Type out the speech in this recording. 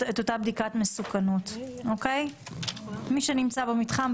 אותה בדיקת מסוכנות מי שנמצא במתחם,